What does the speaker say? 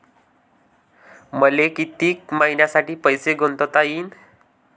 मले कितीक मईन्यासाठी पैसे गुंतवता येईन?